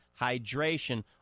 hydration